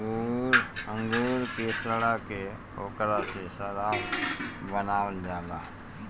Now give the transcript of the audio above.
अंगूर के सड़ा के ओकरा से शराब बनावल जाला